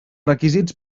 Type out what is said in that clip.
requisits